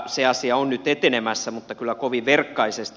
se asia on nyt etenemässä mutta kyllä kovin verkkaisesti